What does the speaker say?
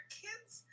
kid's